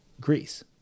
Greece